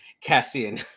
Cassian